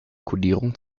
kodierung